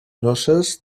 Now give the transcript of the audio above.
noces